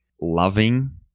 loving